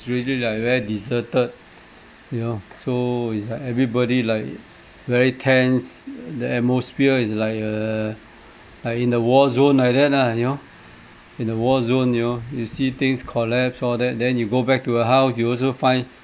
it's really like very deserted you know so it's like everybody like very tense the atmosphere is like err like in the war zone like that lah you know in a war zone you know you see things collapse all that then you go back to a house you also find